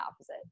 opposite